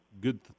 good